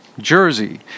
jersey